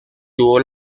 tuvo